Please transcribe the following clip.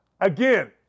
Again